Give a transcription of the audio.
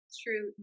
true